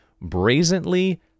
brazenly